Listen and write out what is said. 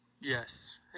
Yes